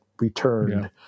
returned